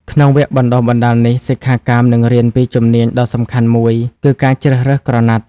ក្នុងវគ្គបណ្តុះបណ្តាលនេះ សិក្ខាកាមនឹងរៀនពីជំនាញដ៏សំខាន់មួយគឺ ការជ្រើសរើសក្រណាត់។